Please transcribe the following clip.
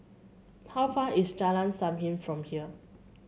how far is Jalan Sam Heng from here